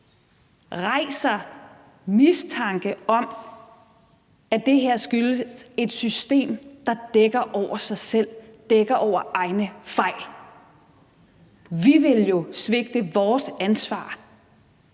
rejser mistanke om, at det her skyldes et system, der dækker over sig selv, dækker over egne fejl. Vi ville jo svigte vores ansvar,